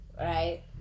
Right